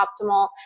optimal